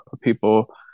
people